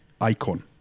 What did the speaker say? Icon